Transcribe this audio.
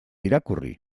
irakurri